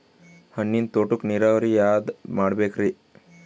ಹಣ್ಣಿನ್ ತೋಟಕ್ಕ ನೀರಾವರಿ ಯಾದ ಮಾಡಬೇಕ್ರಿ?